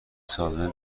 سالانه